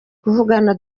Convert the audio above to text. kuvugana